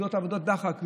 עובדות עבודות דחק,